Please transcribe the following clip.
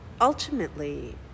ultimately